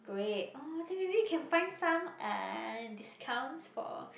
great orh then maybe can find some uh discounts for